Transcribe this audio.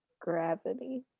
Gravity